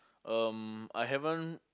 um I haven't